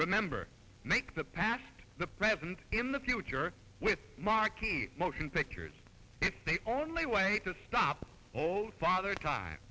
remember make the past the present in the future with marquee motion pictures if they only way to stop all father ti